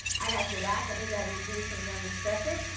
i got your back. let me guide you through some yummy stretches.